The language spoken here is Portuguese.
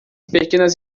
pequenas